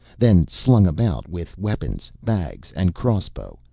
then, slung about with weapons, bags and crossbow,